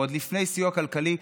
ועוד לפני סיוע כלכלי,